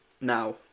now